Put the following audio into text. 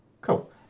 Cool